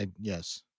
yes